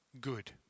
good